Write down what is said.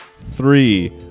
Three